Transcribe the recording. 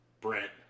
Brent